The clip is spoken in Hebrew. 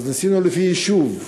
אז ניסינו לפי יישוב,